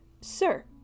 Sir